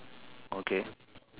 okay